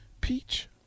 Peach